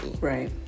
Right